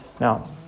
Now